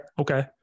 Okay